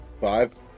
Five